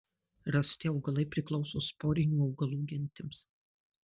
rasti augalai priklauso sporinių augalų gentims